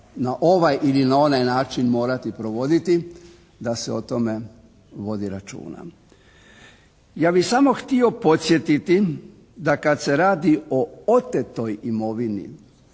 na ovaj ili onaj način morati provoditi da se o tome vodi računa. Ja bih samo htio podsjetiti da kad se radi o otetoj imovini